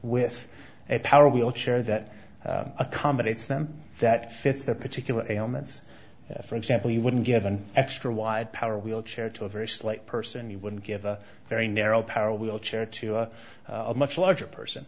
with a power i'll share that accommodates them that fits their particular ailments for example you wouldn't give an extra wide power wheelchair to a very slight person you wouldn't give a very narrow power wheelchair to a much larger person